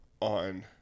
on